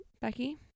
becky